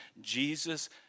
Jesus